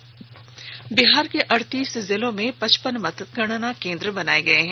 फिलहाल बिहार के अड़तीस जिलों में पचपन मतगणना केंद्र बनाए गए हैं